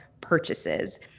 purchases